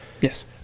yes